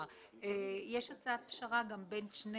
יש הצעת פשרה בין שתי